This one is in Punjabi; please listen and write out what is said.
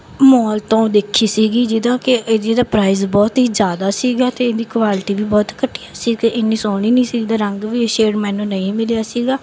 ਮੌਲ ਤੋਂ ਦੇਖੀ ਸੀਗੀ ਜਿਹਦਾ ਕਿ ਜਿਹਦਾ ਪ੍ਰਾਈਜ਼ ਬਹੁਤ ਹੀ ਜ਼ਿਆਦਾ ਸੀਗਾ ਅਤੇ ਇਹਦੀ ਕੁਆਲਿਟੀ ਵੀ ਬਹੁਤ ਘਟੀਆ ਸੀ ਅਤੇ ਇੰਨੀ ਸੋਹਣੀ ਨਹੀਂ ਸੀ ਇਹਦਾ ਰੰਗ ਵੀ ਸ਼ੇਡ ਮੈਨੂੰ ਨਹੀਂ ਮਿਲਿਆ ਸੀਗਾ